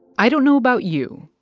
i don't know about you,